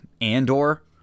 Andor